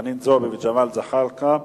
חנין זועבי וג'מאל זחאלקה,